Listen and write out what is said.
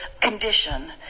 condition